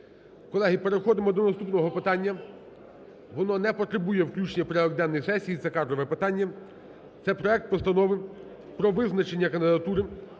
Колеги, переходимо до наступного питання, воно не потребує включення в порядок денний сесії, це кадрове питання. Це проект Постанови про визначення кандидатури